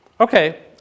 Okay